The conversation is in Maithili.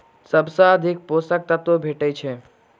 सबसँ अधिक पोसक तत्व भेटय छै?